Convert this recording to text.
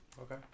Okay